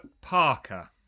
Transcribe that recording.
Parker